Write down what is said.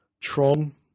Tron